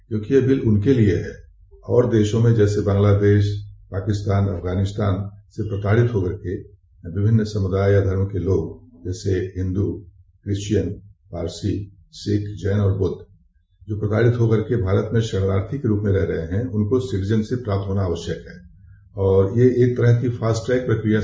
क्योंकि यह बिल उनके लिये है और देशों में जैसे बांग्लादेश पाकिस्तान अफगानिस्तान से प्रताड़ित होकर के विभिन्न समुदाय या धर्म के लोग जैसे हिन्दू क्रिश्चियन पारसी सिख जेन और बुद्ध प्रताड़ित होकर के भारत में शरणार्थी के रूप में भारत में रह रहे है उनको सिटीजन शिप प्राप्त होना आवश्यक है यह एक फास्टट्रैक प्रक्रिया है